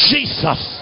Jesus